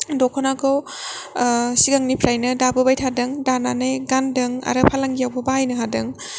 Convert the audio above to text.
दख'नाखौ सिगांनिफ्रायनो दाबोबाय थादों दानानै गानदों आरो फालांगियावबो बाहायनो हादों